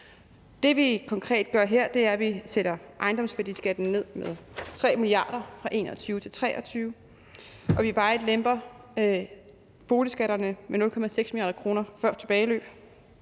Det, vi konkret gør her, er, at vi sætter ejendomsværdiskatten ned med 3 mia. kr. 2021-2023 og varigt lemper boligskatterne med 0,6 mia. kr. før tilbageløb.